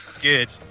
Good